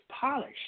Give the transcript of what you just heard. polished